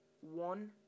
one